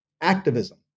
activism